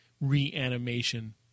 reanimation